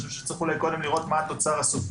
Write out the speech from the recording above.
אני חושב שקודם צריך לראות מה התוצר הסופי,